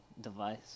device